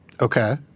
Okay